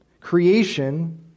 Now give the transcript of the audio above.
Creation